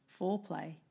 foreplay